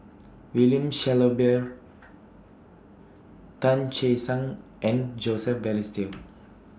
William Shellabear Tan Che Sang and Joseph Balestier